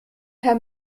herr